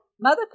Mother